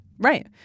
Right